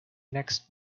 next